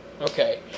Okay